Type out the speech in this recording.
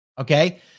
Okay